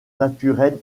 naturelle